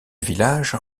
village